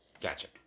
Gotcha